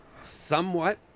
somewhat